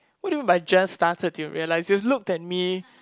what do you mean by just started to realise you look at me